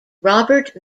robert